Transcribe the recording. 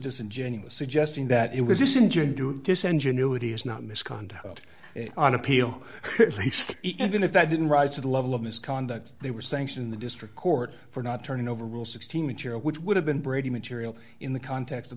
disingenuous suggesting that it was this engine doing this engine new it is not misconduct on appeal even if that didn't rise to the level of misconduct they were sanctioned the district court for not turning over rule sixteen material which would have been brady material in the context of